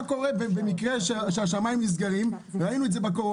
אבל מה יקרה במקרה שהשמיים ייסגרו?